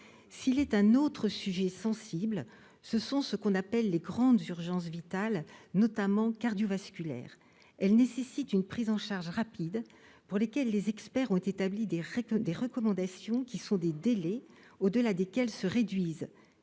S'il est un autre sujet sensible, c'est ce que l'on appelle les grandes urgences vitales, notamment cardiovasculaires. Ces dernières exigent une prise en charge rapide. À ce titre, les experts ont énoncé des recommandations sur la base des délais au-delà desquels se réduisent